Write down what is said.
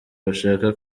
bashaka